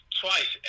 twice